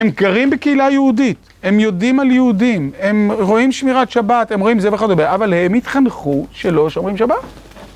הם גרים בקהילה היהודית, הם יודעים על יהודים, הם רואים שמירת שבת, הם רואים זה וכדומה, אבל הם התחנכו שלא שומרים שבת.